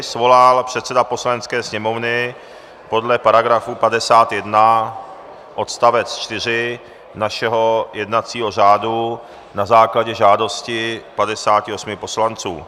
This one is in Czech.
Schůzi svolal předseda Poslanecké sněmovny podle § 51 odst. 4 našeho jednacího řádu na základě žádosti 58 poslanců.